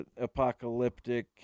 apocalyptic